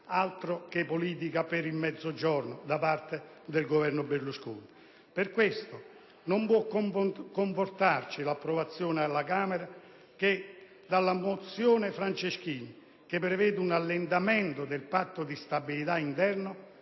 Altro che politica per il Mezzogiorno da parte del Governo Berlusconi! Per questo non può non confortarci l'approvazione alla Camera della mozione dell'onorevole Franceschini, che prevede un allentamento del Patto di stabilità interno